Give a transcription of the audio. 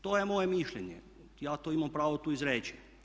To je moje mišljenje, ja to imam pravo tu izreći.